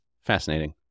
Fascinating